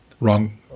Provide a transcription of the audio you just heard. wrong